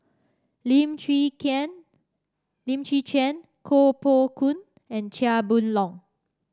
Lim Chwee Lim Chwee Chian Koh Poh Koon and Chia Boon Leong